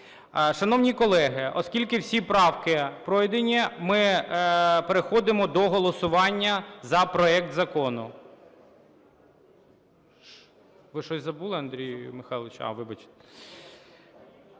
Шановні колеги, оскільки всі правки пройдені, ми переходимо до голосування за проект закону.